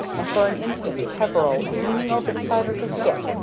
and for an instant peveril, leaning over the side of the skip,